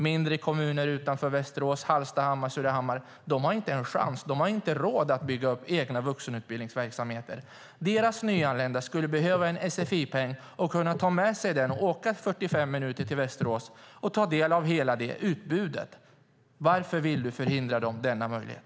Mindre kommuner utanför Västerås - Hallstahammar, Surahammar - har inte en chans. De har inte råd att bygga upp egna vuxenutbildningsverksamheter. Deras nyanlända skulle behöva en sfi-peng som de kan ta med sig och åka 45 minuter till Västerås för att ta del av hela det utbudet. Varför vill du förvägra dem denna möjlighet?